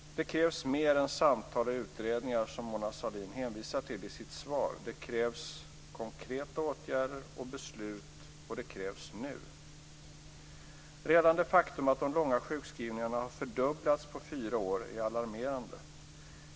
Det krävs mer än samtal och utredningar, som Mona Sahlin hänvisar till i sitt svar. Det krävs konkreta åtgärder och beslut, och detta krävs nu. Redan det faktum att de långa sjukskrivningarna har fördubblats på fyra år är alarmerande.